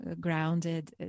grounded